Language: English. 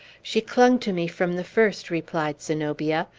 she clung to me from the first, replied zenobia.